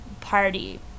party